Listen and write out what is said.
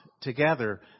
together